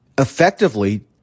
effectively